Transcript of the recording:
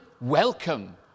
welcome